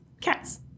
cats